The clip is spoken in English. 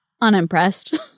unimpressed